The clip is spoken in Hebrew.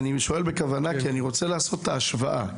אני שואל בכוונה כי אני רוצה לעשות את ההשוואה.